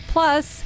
Plus